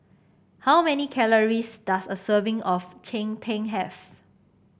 how many calories does a serving of Cheng Tng have